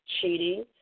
cheating